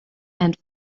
and